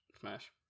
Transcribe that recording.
Smash